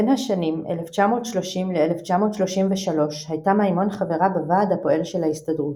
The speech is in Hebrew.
בין השנים 1930 ל-1933 הייתה מימון חברה בוועד הפועל של ההסתדרות.